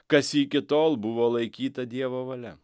kas iki tol buvo laikyta dievo valia